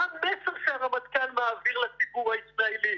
מה המסר שהרמטכ"ל מעביר לציבור הישראלי?